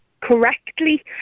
correctly